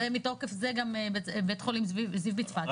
זה מתוקף זה בית חולים זיו בצפת,